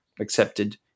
accepted